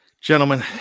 gentlemen